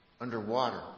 underwater